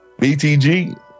BTG